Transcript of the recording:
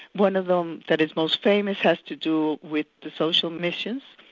one of them that is most famous, had to do with the social missions,